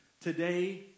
Today